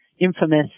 infamous